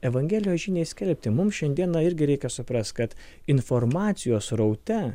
evangelijos žiniai skelbti mums šiandieną irgi reikia suprast kad informacijos sraute